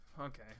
Okay